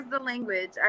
language